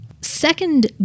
Second